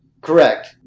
Correct